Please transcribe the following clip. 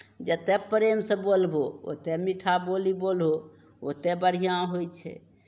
जतेक प्रेमसँ बोलबहो ओतेक मीठा बोली बोलहौ ओतेक बढ़िआँ होइ छै